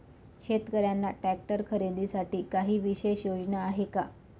शेतकऱ्यांना ट्रॅक्टर खरीदीसाठी काही विशेष योजना आहे का?